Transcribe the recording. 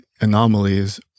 anomalies